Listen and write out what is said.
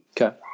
Okay